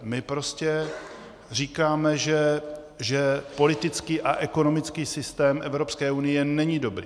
My prostě říkáme, že politický a ekonomický systém Evropské unie není dobrý.